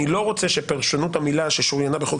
אני לא רוצה שפרשנות המילה "ששוריינה בחוק